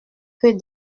que